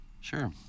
Sure